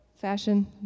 Fashion